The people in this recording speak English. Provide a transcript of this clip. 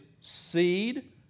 seed